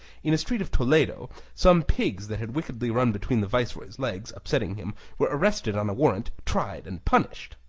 in a street of toledo, some pigs that had wickedly run between the viceroy's legs, upsetting him, were arrested on a warrant, tried and punished.